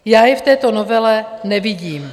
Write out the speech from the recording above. Já je v této novele nevidím.